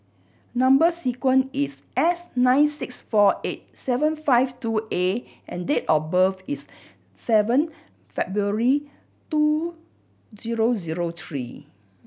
number sequence is S nine six four eight seven five two A and date of birth is seven February two zero zero three